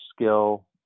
skill